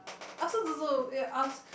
I also don't know yeah I was